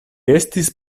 estis